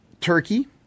Turkey